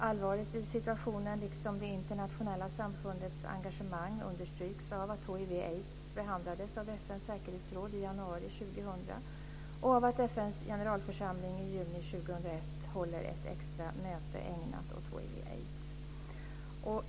Allvaret i situationen, liksom det internationella samfundets engagemang, understryks av att hiv aids.